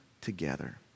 together